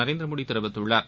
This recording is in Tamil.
நரேந்திரமோடி தெரிவித்துள்ளார்